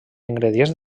ingredients